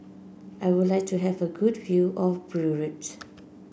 I would like to have a good view of Beirut